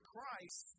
Christ